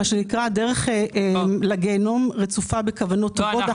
הדרך לגיהינום רצופה כוונות טובות.